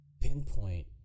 pinpoint